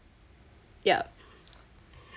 yup